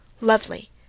lovely